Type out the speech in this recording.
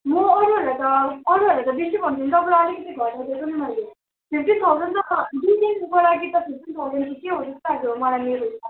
म अरूहरूलाई त अरूहरूलाई त बेसी भन्छु नि तपाईँलाई अलिकति घटाइदिएको नि मैले फिफ्टिन थाउजन्ड त दुई दिनको लागि त फिफ्टिन थाउजन्ड त के हो र जस्तो लाग्यो मलाई मेरो हिसाबमा